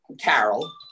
Carol